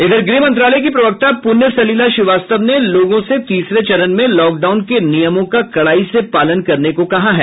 इधर गृह मंत्रालय की प्रवक्ता पुण्य सलिला श्रीवास्तव ने लोगों से तीसरे चरण में लॉकडाउन के नियमों का कडाई से पालन करने को कहा है